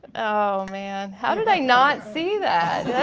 oh man, how did i not see that?